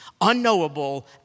unknowable